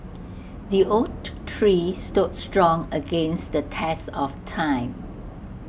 the oak tree stood strong against the test of time